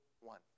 one